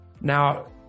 Now